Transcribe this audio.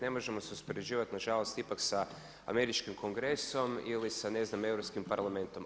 Ne možemo se uspoređivati na žalost ipak sa američkim Kongresom ili sa ne znam Europskim parlamentom.